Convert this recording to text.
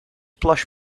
plush